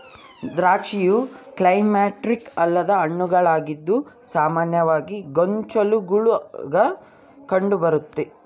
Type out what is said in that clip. ದ್ರಾಕ್ಷಿಯು ಕ್ಲೈಮ್ಯಾಕ್ಟೀರಿಕ್ ಅಲ್ಲದ ಹಣ್ಣುಗಳಾಗಿದ್ದು ಸಾಮಾನ್ಯವಾಗಿ ಗೊಂಚಲುಗುಳಾಗ ಕಂಡುಬರ್ತತೆ